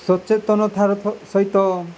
ସଚେତନତାର ସହିତ